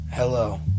hello